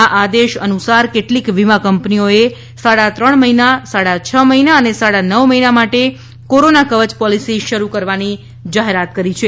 આ આદેશ અનુસાર કેટલીક વીમા કંપનીઓએ સાડા ત્રણ મહિના સાડા છ મહિના અને સાડા નવ મહિના માટે કોરોના કવય પોલીસી શરૂ કરવાની જાહેરાત કરી છે